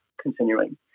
continuing